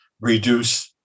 reduce